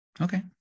Okay